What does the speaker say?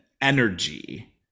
energy